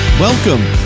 Welcome